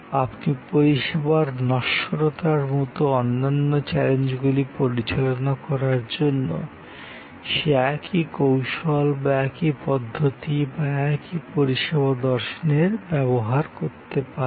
আপনি পরিষেবার নশ্বরতার মতো অন্যান্য চ্যালেঞ্জগুলি পরিচালনা করার জন্য সেই একই কৌশল বা একই পদ্ধতি বা একই পরিষেবা দর্শনের ব্যবহার করতে পারেন